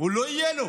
לא יהיה לו.